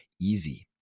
easy